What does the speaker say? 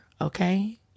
Okay